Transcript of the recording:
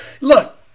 Look